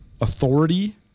authority